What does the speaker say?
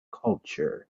culture